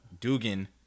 Dugan